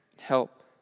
help